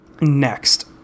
Next